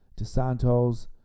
DeSantos